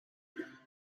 there